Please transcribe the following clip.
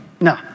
No